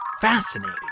Fascinating